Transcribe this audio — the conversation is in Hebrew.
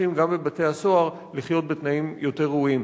גם לאנשים בבתי-הסוהר לחיות בתנאים יותר ראויים.